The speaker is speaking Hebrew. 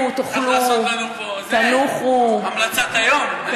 לעשות לנו פה, זה, המלצת היום?